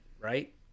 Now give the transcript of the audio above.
right